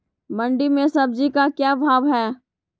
मंडी में सब्जी का क्या भाव हैँ?